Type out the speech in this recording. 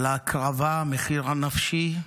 על ההקרבה, המחיר הנפשי,